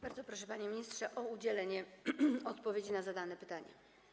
Bardzo proszę, panie ministrze, o udzielenie odpowiedzi na zadane pytania.